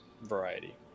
variety